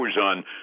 on